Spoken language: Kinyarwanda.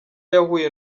yahuye